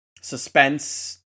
suspense